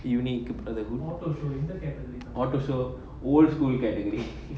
you need a good hawker food onto so old school category